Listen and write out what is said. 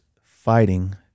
fighting